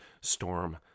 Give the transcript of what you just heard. storm